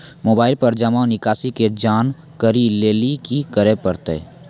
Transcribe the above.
Mobile पर जमा निकासी के जानकरी लेली की करे परतै?